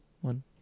one